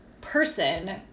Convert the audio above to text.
person